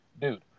Dude